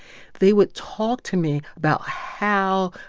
they would talk to me about how,